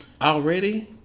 already